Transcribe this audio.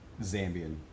zambian